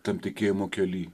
tam tikėjimo kely